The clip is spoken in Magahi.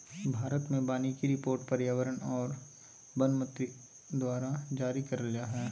भारत मे वानिकी रिपोर्ट पर्यावरण आर वन मंत्री द्वारा जारी करल जा हय